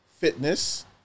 fitness